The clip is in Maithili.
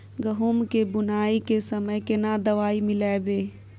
गहूम के बुनाई के समय केना दवाई मिलैबे?